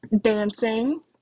dancing